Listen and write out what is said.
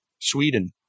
Sweden